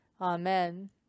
Amen